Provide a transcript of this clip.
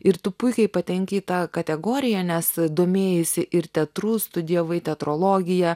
ir tu puikiai patenki į tą kategoriją nes domėjaisi ir teatru studijavai teatrologiją